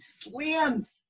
slams